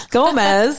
Gomez